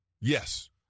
Yes